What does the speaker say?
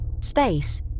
space